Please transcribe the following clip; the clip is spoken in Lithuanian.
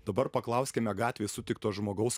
dabar paklauskime gatvėj sutikto žmogaus